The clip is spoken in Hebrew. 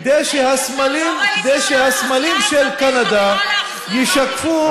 כדי שהסמלים של קנדה ישקפו את,